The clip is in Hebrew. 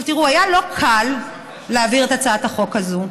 עכשיו תראו, היה לא קל להעביר את הצעת החוק הזאת,